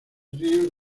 ríos